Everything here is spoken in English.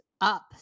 up